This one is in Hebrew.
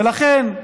ולכן,